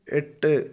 എട്ട്